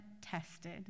tested